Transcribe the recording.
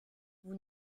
vous